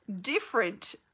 different